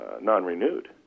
non-renewed